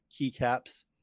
keycaps